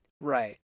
Right